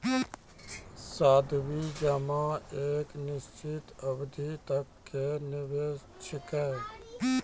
सावधि जमा एक निश्चित अवधि तक के निवेश छिकै